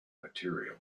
material